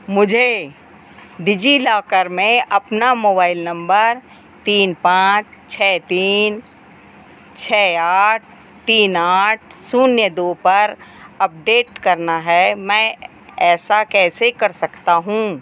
मुझे डिजिलॉकर में अपना मोबाइल नंबर तीन पाँच छः तीन छः आठ तीन आठ शून्य दो पर अपडेट करना है मैं ऐसा कैसे कर सकता हूँ